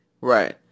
Right